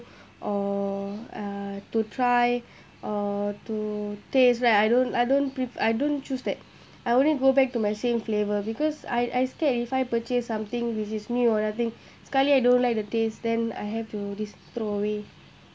or uh to try or to taste lah I don't I don't pre~ I don't choose that I only go back to my same flavour because I I scared if I purchase something which is new or another thing sekali I don't like the taste then I have to dis~ throw away